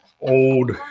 old